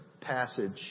passage